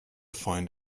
find